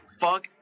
fuck